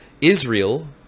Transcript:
Israel